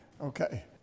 Okay